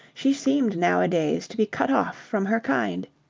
she seemed nowadays to be cut off from her kind.